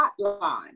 hotline